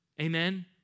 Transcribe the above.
Amen